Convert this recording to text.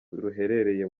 ruherereye